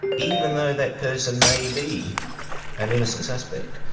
even though that person may be an innocent suspect.